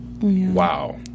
Wow